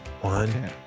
one